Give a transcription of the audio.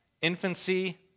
infancy